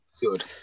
Good